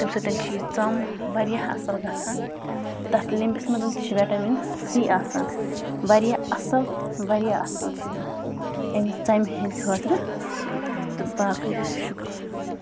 تَمہِ سۭتۍ چھِ یہِ ژَم واریاہ اَصٕل گژھان تَتھ لیٚمبِس منٛز تہِ چھِ وٮ۪ٹَمَن سی آسان واریاہ اَصٕل واریاہ اَصٕل چھِ یہِ اَمہِ ژَمہِ ہِنٛدۍ خٲطرٕ تہٕ باقٕے شُکریہ